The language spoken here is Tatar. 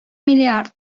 миллиард